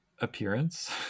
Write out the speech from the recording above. appearance